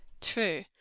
True